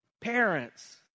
parents